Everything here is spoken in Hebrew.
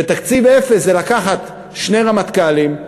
ותקציב אפס זה לקחת שני רמטכ"לים,